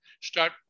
start